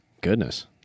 Goodness